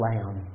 Lamb